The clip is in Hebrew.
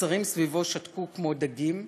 השרים סביבו שתקו כמו דגים,